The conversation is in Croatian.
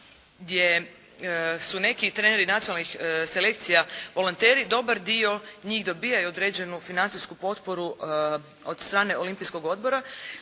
gdje su neki treneri nacionalnih selekcija volonteri dobar dio njih dobivaju određenu financijsku potporu od strane Olimpijskog odbora.